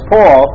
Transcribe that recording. Paul